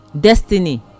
destiny